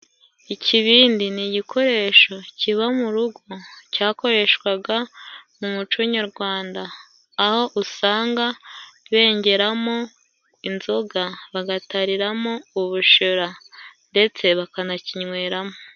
Ikibindi ni igikoresho kiba mu rugo cyakoreshwaga mu muco nyarwanda, aho usanga bengeramo inzoga, bagatariramo ubushera, ndetse bakanakinyweramo.